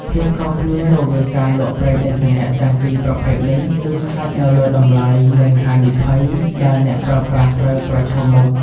ភាពខុសគ្នារវាងការលក់ប្រេងឥន្ធនៈទាំងពីរប្រភេទនេះគឺស្ថិតនៅលើ តម្លៃ និង ហានិភ័យ ដែលអ្នកប្រើប្រាស់ត្រូវប្រឈមមុខ។